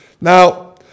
Now